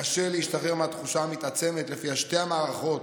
קשה להשתחרר מהתחושה המתעצמת שלפיה שתי המערכות,